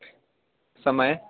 समयः